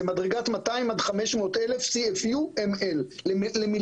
זה מדרגת 200 עד 500,000 CFUML למיליליטר.